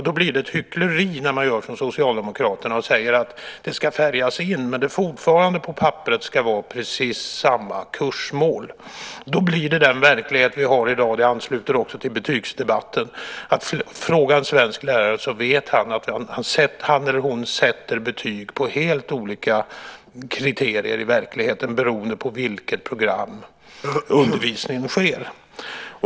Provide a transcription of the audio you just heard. Det Socialdemokraterna säger om att färga in är hyckleri när det på papperet fortfarande är precis samma kursmål. Då blir det den verklighet vi har i dag, och det ansluter till betygsdebatten. En svensklärare sätter i verkligheten betyg efter helt olika kriterier beroende på i vilket program undervisningen sker.